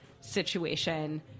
situation